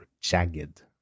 jagged